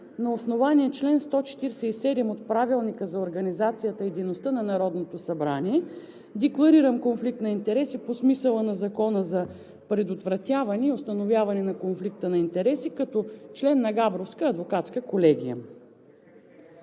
на основание чл. 147 от Правилника за организацията и дейността на Народното събрание декларирам конфликт на интереси по смисъла на Закона за предотвратяване и установяване на конфликта на интереси, като член на Габровската адвокатска колегия.